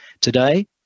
Today